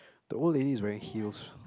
the old lady is wearing heels